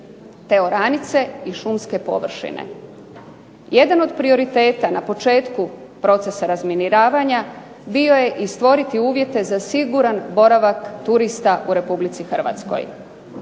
te oranice i šumske površine. Jedan od prioriteta na početku procesa razminiravanja bio je i stvoriti uvjete za siguran boravak turista u Republici Hrvatskoj.